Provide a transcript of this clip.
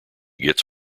gets